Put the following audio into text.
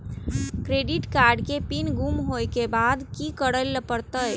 Credit card के pin गुम होय के बाद की करै ल परतै?